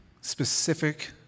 specific